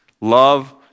Love